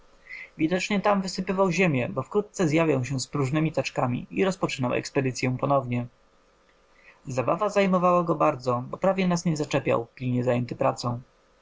altanka widocznie tam wysypywał ziemię bo wkrótce zjawiał się z próżnemi taczkami i rozpoczynał ekspedycyę powtórnie zabawa zajmowała go bardzo bo prawie nas nie zaczepiał pilnie zajęty pracą